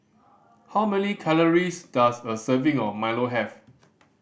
how many calories does a serving of milo have